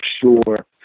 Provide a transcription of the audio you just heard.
sure